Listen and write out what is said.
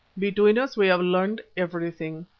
between us we have learned everything.